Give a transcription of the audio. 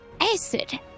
acid